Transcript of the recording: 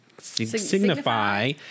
Signify